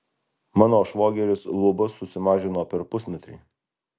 mano švogeris lubas susimažino per pusmetrį